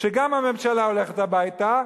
שגם הממשלה הולכת הביתה,